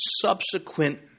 subsequent